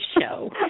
show